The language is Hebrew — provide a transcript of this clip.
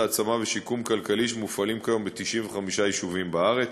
העצמה ושיקום כלכלי שמופעלים ב-95 יישובים בארץ.